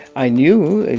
i knew,